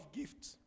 gifts